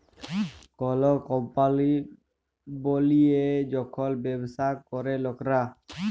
call কম্পলি বলিয়ে যখল ব্যবসা ক্যরে লকরা